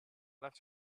left